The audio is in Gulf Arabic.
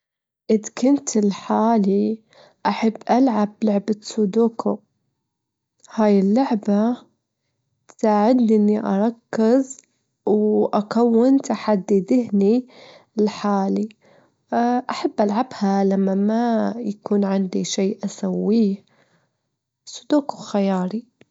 في البيت عندي حوالي عشر نوافذ، كلهم موزعين على الغرف، يعني بيت به تلات غرف، وبه صالة، وبه مطبخ وبه حمام، كلهن بهن نوافذ.